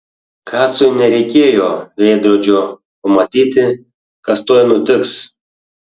kacui nereikėjo veidrodžio pamatyti kas tuoj nutiks